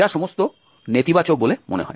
যা সমস্ত নেতিবাচক বলে মনে হয়